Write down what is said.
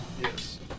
Yes